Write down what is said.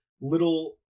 little